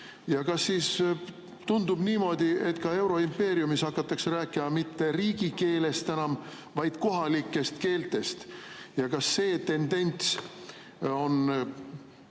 Kas tundub niimoodi, et ka euroimpeeriumis hakatakse rääkima mitte riigikeelest enam, vaid kohalikest keeltest? Ja kas see tendents on